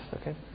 Okay